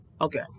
Okay